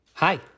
Hi